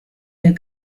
der